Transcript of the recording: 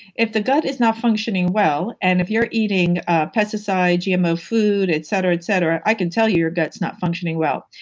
if the gut is not functioning well and if you're eating ah pesticides, gmo food, et cetera, et cetera, i could tell you your gut's not functioning well.